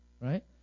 right